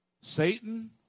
Satan